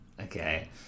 Okay